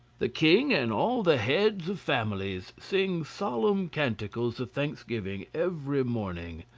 the king and all the heads of families sing solemn canticles of thanksgiving every morning,